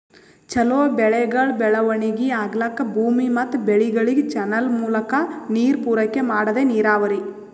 ಛಲೋ ಬೆಳೆಗಳ್ ಬೆಳವಣಿಗಿ ಆಗ್ಲಕ್ಕ ಭೂಮಿ ಮತ್ ಬೆಳೆಗಳಿಗ್ ಚಾನಲ್ ಮೂಲಕಾ ನೀರ್ ಪೂರೈಕೆ ಮಾಡದೇ ನೀರಾವರಿ